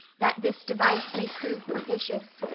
that this device may prove propitious,